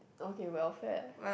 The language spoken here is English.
okay welfare